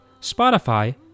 Spotify